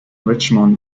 richmond